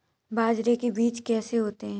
बाजरे के बीज कैसे होते हैं?